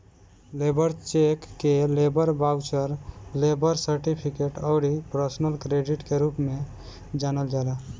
labour cheque के labour voucher, labour certificate अउरी personal credit के रूप में जानल जाला